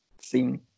seen